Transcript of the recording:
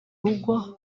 rugo